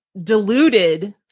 deluded